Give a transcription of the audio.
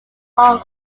hong